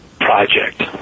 project